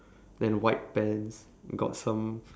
then white pants got some